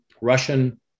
Russian